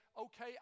Okay